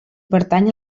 pertany